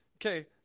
okay